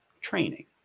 training